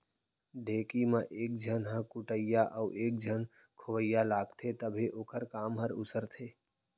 ढेंकी म एक झन ह कुटइया अउ एक झन खोवइया लागथे तभे ओखर काम हर उसरथे